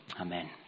Amen